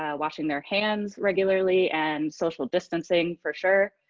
ah washing their hands regularly, and social-distancing, for sure.